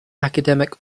academic